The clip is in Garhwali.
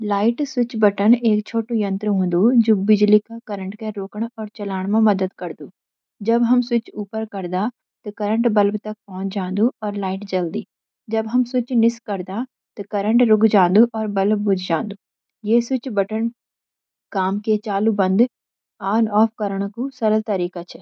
लाइट स्विच बटन एक छोटा यंत्र होंदु, जु बिजली का करंट के रोकण और चलाण म मदद करदु। जब हम स्विच ऊपर करदां, ते करंट बल्ब तक पहुँच जांदु और लाइट जल्दी। जब हम स्विच नीस करदां, ते करंट रुक जांदु और बल्ब बुझ जांदु। ये स्विच बटन सी काम के चालू-बंद (ऑन-ऑफ) करणू सरल तरीका छ।